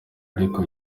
ariko